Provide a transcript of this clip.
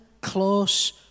close